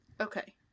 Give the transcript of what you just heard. Okay